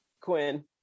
Quinn